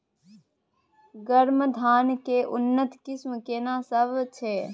गरमा धान के उन्नत किस्म केना सब छै?